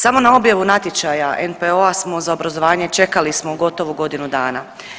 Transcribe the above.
Samo na objavu natječaja NPO-a smo za obrazovanje čekali smo gotovo godinu dana.